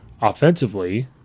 Offensively